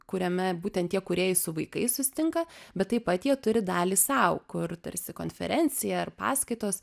kuriame būtent tie kūrėjai su vaikais susitinka bet taip pat jie turi dalį sau kur tarsi konferencija ar paskaitos